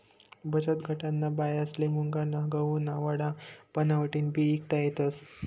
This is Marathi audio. बचतगटन्या बायास्ले मुंगना गहुना वडा बनाडीन बी ईकता येतस